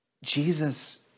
Jesus